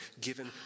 given